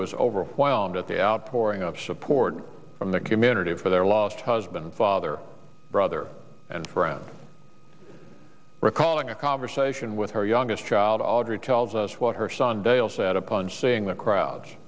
was overwhelmed at the outpouring of support from the community for their lost husband father brother and friend recalling a conversation with her youngest child audrey tells us what her son dale said upon seeing the crowd